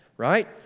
right